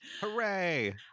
Hooray